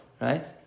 right